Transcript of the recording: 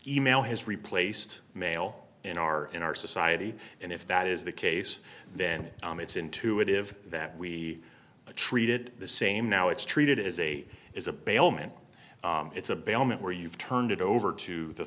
e mail has replaced mail in our in our society and if that is the case then it's intuitive that we are treated the same now it's treated as a is a bailment it's a bailment where you've turned it over to